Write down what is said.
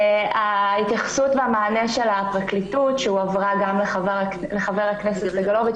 ההתייחסות והמענה של הפרקליטות שהועברה גם לחבר הכנסת סגלוביץ',